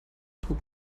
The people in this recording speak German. trug